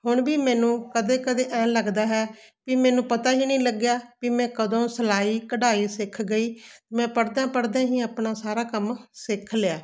ਹੁਣ ਵੀ ਮੈਨੂੰ ਕਦੇ ਕਦੇ ਐਂ ਲੱਗਦਾ ਹੈ ਵੀ ਮੈਨੂੰ ਪਤਾ ਹੀ ਨਹੀਂ ਲੱਗਿਆ ਵੀ ਮੈਂ ਕਦੋਂ ਸਿਲਾਈ ਕਢਾਈ ਸਿੱਖ ਗਈ ਮੈਂ ਪੜਦਿਆਂ ਪੜ੍ਹਦਿਆਂ ਹੀ ਆਪਣਾ ਸਾਰਾ ਕੰਮ ਸਿੱਖ ਲਿਆ